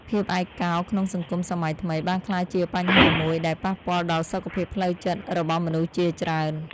ភាពឯកោក្នុងសង្គមសម័យថ្មីបានក្លាយជាបញ្ហាមួយដែលប៉ះពាល់ដល់សុខភាពផ្លូវចិត្តរបស់មនុស្សជាច្រើន។